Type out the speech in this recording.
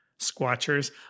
squatchers